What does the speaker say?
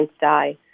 die